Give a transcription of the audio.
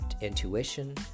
intuition